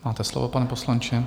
Máte slovo, pane poslanče.